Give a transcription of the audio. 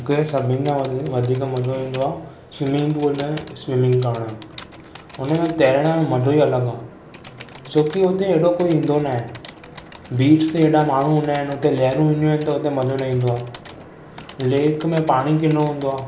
मूंखे सभिनी खां वधीक मज़ो ईंदो आहे स्विमिंग पूल में स्विमिंग करणु हुन में तरण मज़ो ई अलॻि आहे छोकी हुते हेॾो कोई ईंदो नाहे बीच ते हेॾा माण्हू हूंदा आहिनि हुते लेहरियूं हूंदियूं आहिनि त हुते मज़ो न ईंदो आहे लेक में पाणी किनो हूंदो आहे